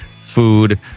food